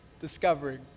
discovering